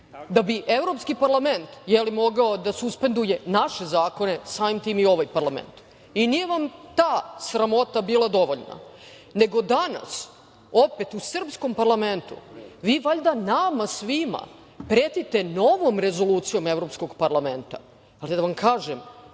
da bi Evropski parlament, jel, mogao da se suspenduje naše zakone, samim tim i ovaj parlament. Nije vam ta sramota bila dovoljna, nego danas, opet, u srpskom parlamentu vi valjda nama svima pretite novom rezolucijom Evropskog parlamenta. Da vam kažem